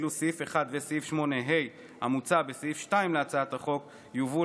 ואילו סעיף 1 וסעיף 8ה המוצע בסעיף 2 להצעת החוק יובאו